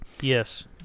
Yes